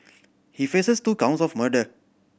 he faces two counts of murder